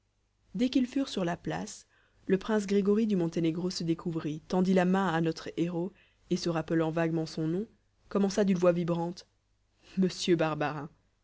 dès qu'ils furent sur la place le prince grégory du monténégro se découvrit tendit la main à notre héros et se rappelant vaguement son nom commença d'une voix vibrante monsieur barbarin